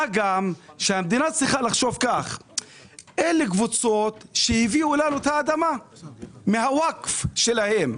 המדינה צריכה לחשוב שאלה קבוצות שהביאו לנו את האדמה מה-וואקף שלהן.